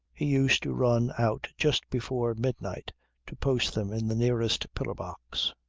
he used to run out just before midnight to post them in the nearest pillar-box.